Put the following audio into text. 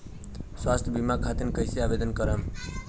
स्वास्थ्य बीमा खातिर कईसे आवेदन करम?